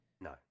No